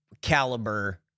caliber